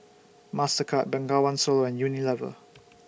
Mastercard Bengawan Solo and Unilever